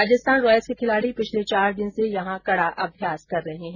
Rajasthan Royals के खिलाडी पिछले चार दिन से यहां कड़ा अभ्यास कर रहे है